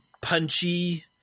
punchy